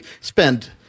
spend